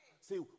See